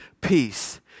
peace